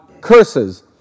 curses